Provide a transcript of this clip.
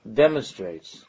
demonstrates